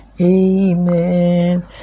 Amen